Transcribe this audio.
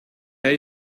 hij